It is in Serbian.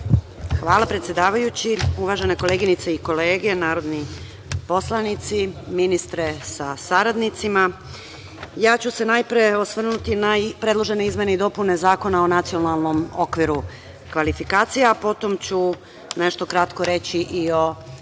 Hvala predsedavajući. Uvažene koleginice i kolege, narodni poslanici, ministre sa saradnicima, ja ću se najpre osvrnuti na predložene izmene i dopune Zakona o nacionalnom okviru kvalifikacija. Potom ću nešto kratko reći i o